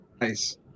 nice